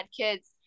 kids